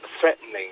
threatening